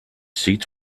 seats